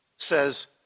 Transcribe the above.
says